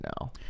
now